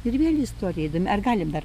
ir vėl istorija įdomi ar galim dar